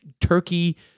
Turkey